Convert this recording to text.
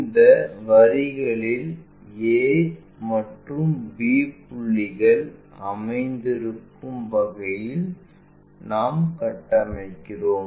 இந்த வரிகளில் a மற்றும் b புள்ளிகள் அமைந்திருக்கும் வகையில் நாங்கள் கட்டமைக்கிறோம்